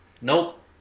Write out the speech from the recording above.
nope